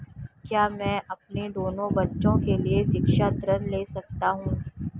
क्या मैं अपने दोनों बच्चों के लिए शिक्षा ऋण ले सकता हूँ?